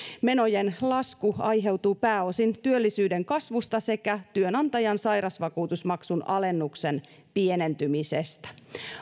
menojen lasku aiheutuu pääosin työllisyyden kasvusta sekä työnantajan sairausvakuutusmaksun alennuksen pienentymisestä